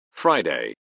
friday